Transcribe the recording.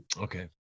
okay